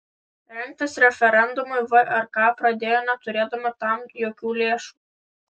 rengtis referendumui vrk pradėjo neturėdama tam jokių lėšų